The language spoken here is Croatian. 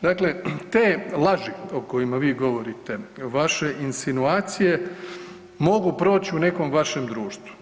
Dakle, te laži o kojima vi govorite, vaše insinuacije mogu proć u nekom vašem društvu.